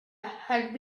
had